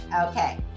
Okay